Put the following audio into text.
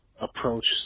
approach